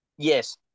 Yes